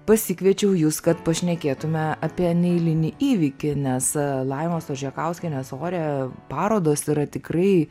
pasikviečiau jus kad pešnekėtume apie neeilinį įvykį nes laimos ožekauskienės ore parodos yra tikrai